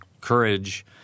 courage